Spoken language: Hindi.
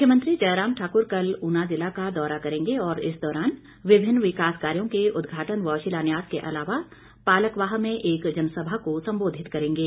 मुख्यमंत्री जयराम ठाकर कल उना जिला का दौरा करेंगे और इस दौरान विभिन्न विकास कार्यो के उदघाटन व शिलान्यास के अलावा पालकवाह में एक जनसभा को सम्बोधित करेंगे